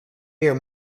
meer